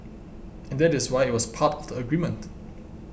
and that is why it was part of the agreement